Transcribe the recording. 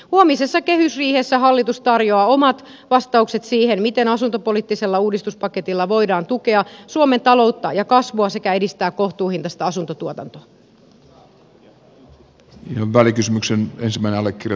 huomisessa kehysriihessä hallitus tarjoaa omat vastaukset siihen miten asuntopoliittisella uudistuspaketilla voidaan tukea suomen taloutta ja kasvua sekä edistää kohtuuhintaista asuntotuotantoa